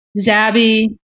Zabby